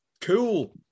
cool